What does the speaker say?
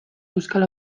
euskal